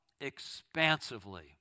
expansively